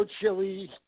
chili